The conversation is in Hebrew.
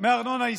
מארנונה עסקית,